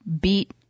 beat